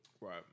Right